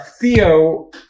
Theo